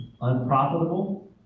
unprofitable